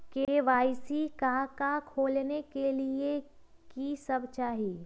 KYC का का खोलने के लिए कि सब चाहिए?